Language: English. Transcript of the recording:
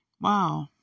wow